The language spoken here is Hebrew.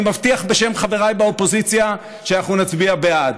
אני מבטיח בשם חבריי באופוזיציה שאנחנו נצביע בעד.